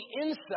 inside